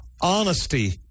honesty